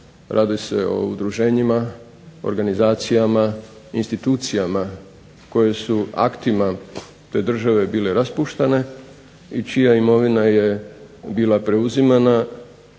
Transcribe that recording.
radi se o udruženjima, organizacijama, institucijama koje su aktima te države bile raspuštane i čija imovina je bila preuzimana